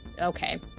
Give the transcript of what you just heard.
Okay